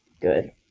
Good